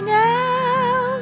now